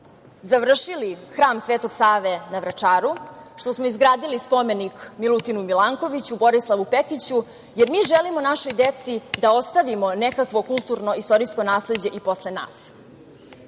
završili hram Svetog Save na Vračaru, što smo izgradili spomenik Milutinu Milankoviću, Borislavu Pekiću, jer mi želimo našoj deci da ostavimo nekakvo kulturno-istorijsko nasleđe i posle nas. Kada